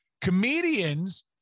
Comedians